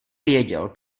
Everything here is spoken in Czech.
věděl